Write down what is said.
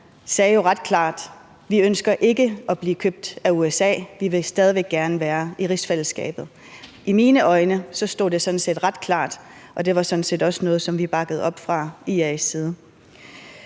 sagde jo ret klart: Vi ønsker ikke at blive købt af USA; vi vil stadig væk gerne være i rigsfællesskabet. I mine øjne stod det sådan set ret klart, og det var også noget, som vi har bakkede op om fra IA's side.